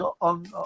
on